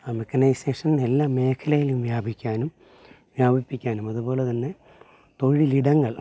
mechanisation എല്ലാ മേഖലയിലും വ്യാപിക്കാനും വ്യാപിപ്പിക്കാനും അതുപോലെ തന്നെ തൊഴിലിടങ്ങൾ